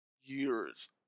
years